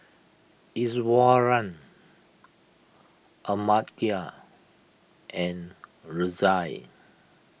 Iswaran Amartya and Razia